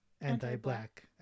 anti-black